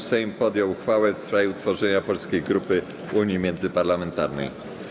Sejm podjął uchwałę w sprawie utworzenia Polskiej Grupy Unii Międzyparlamentarnej.